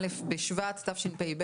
א' בשבט תשפ"ב,